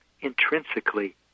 intrinsically